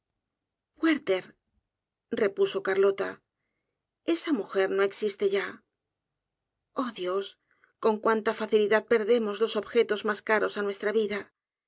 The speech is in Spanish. werther repuso carlota esa mujer no existe ya oh dios con cuánta facilidad perdemos los objetos mas caros á nuestra vida